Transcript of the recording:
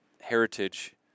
heritage